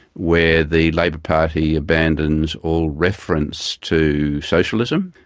where the labour party abandons all reference to socialism,